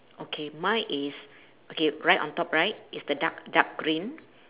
okay mine is okay right on top right is the dark dark green